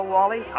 Wally